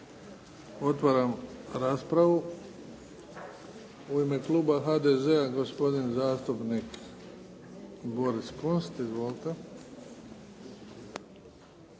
Otvaram raspravu. U ime kluba HDZ-a, gospodin zastupnik Boris Kunst. Izvolite.